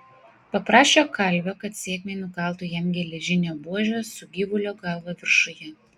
paprašė kalvio kad sėkmei nukaltų jam geležinę buožę su gyvulio galva viršuje